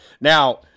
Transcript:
Now